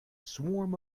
swarm